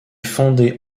fondé